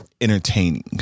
entertaining